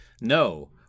no